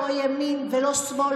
לא ימין ולא שמאל,